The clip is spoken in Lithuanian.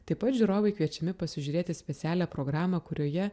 taip pat žiūrovai kviečiami pasižiūrėti specialią programą kurioje